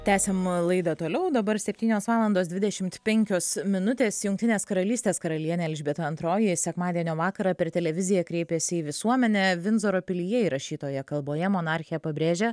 tęsiam laidą toliau dabar septynios valandos dvidešimt penkios minutės jungtinės karalystės karalienė elžbieta antroji sekmadienio vakarą per televiziją kreipėsi į visuomenę vindzoro pilyje įrašytoje kalboje monarchė pabrėžė